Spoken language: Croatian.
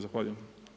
Zahvaljujem.